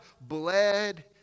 bled